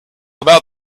about